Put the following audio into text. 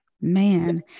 Man